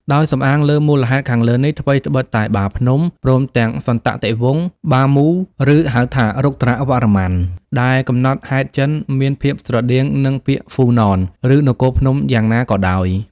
ដោយសំអាងលើមូលហេតុខាងលើនេះ ថ្វីត្បិត តែ បាភ្នំ ព្រមទាំងសន្តតិវង្ស បាម៉ូ (ឬហៅថា រុទ្រ្ទវរ្ម័ន) នៃកំណត់ហេតុចិន មានភាពស្រដៀងនឹង ពាក្យ ហ្វូ ណន ឬ នគរភ្នំ យ៉ាងណាក៏ដោយ ។